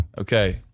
Okay